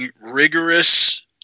rigorous